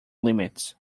limits